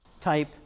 type